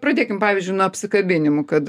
pradėkim pavyzdžiui nuo apsikabinimų kad